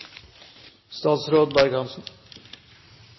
statsråd